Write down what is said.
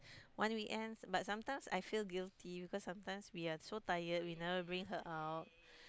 one weekends but sometimes I feel guilty because sometimes we are so tired we never bring her out